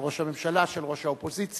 של ראש הממשלה ושל ראש האופוזיציה,